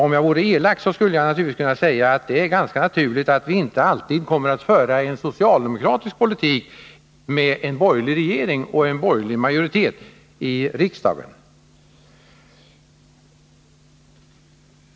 Om jag vore elak skulle jag kunna säga att det är ganska naturligt att vi inte alltid kommer att föra en socialdemokratisk politik med en borgerlig regering och en borgerlig majoritet i riksdagen.